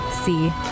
see